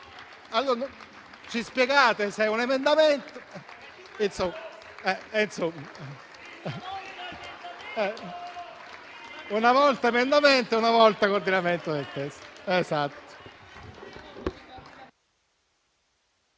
Allora, ci spiegate se è un emendamento? Insomma, una volta è emendamento e una volta è coordinamento del testo.